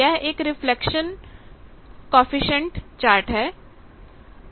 यह एक reflection coefficient chart है